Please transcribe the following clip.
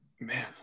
Man